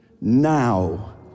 now